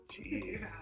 Jeez